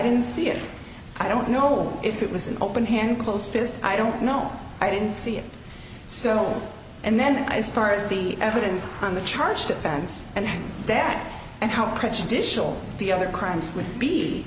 didn't see it i don't know if it was an open hand closed fist i don't know i didn't see it so and then as far as the evidence on the charge defense and that and how prejudicial the other crimes would be